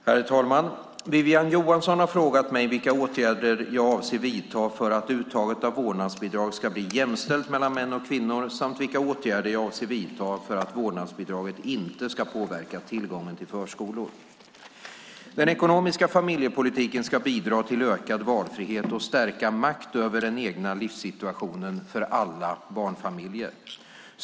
Herr talman! Wiwi-Anne Johansson har frågat mig vilka åtgärder jag avser att vidta för att uttaget av vårdnadsbidrag ska bli jämställt mellan män och kvinnor samt vilka åtgärder jag avser att vidta för att vårdnadsbidraget inte ska påverka tillgången till förskolor. Den ekonomiska familjepolitiken ska bidra till ökad valfrihet och stärkt makt över den egna livssituationen för alla barnfamiljer.